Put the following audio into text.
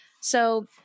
So-